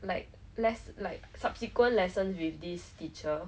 like less like subsequent lessons with this teacher